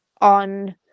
on